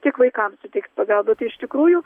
tik vaikams suteikti pagalbą tai iš tikrųjų